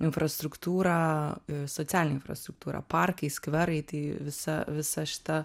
infrastruktūrą socialinė infrastruktūra parkai skverai tai visa visa šita